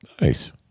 Nice